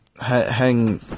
hang